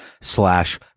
slash